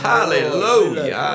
Hallelujah